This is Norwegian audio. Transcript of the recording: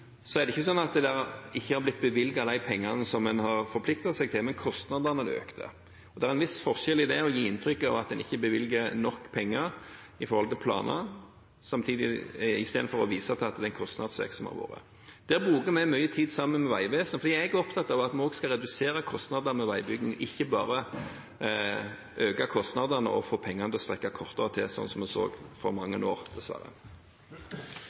er det ikke sånn at det ikke er blitt bevilget de pengene en har forpliktet seg til, men at kostnadene økte. Det er en viss forskjell på det å gi inntrykk av at en ikke bevilget nok penger i forhold til planene, i stedet for å vise til at det har vært en kostnadsvekst. Der bruker vi mye tid sammen med Vegvesenet, for jeg er opptatt av at vi også skal redusere kostnadene ved veibygging, ikke bare øke kostnadene og få pengene til å strekke kortere til, sånn som en så for mange år, dessverre.